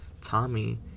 Tommy